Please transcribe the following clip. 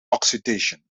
oxidation